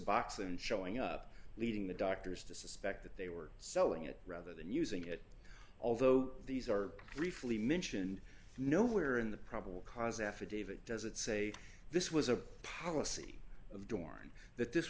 suboxone showing up leading the doctors to suspect that they were selling it rather than using it although these are briefly mentioned nowhere in the probable cause affidavit does it say this was a policy of dorne that this